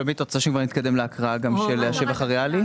שלומית, את רוצה שנתקדם להקראה של השבח הריאלי?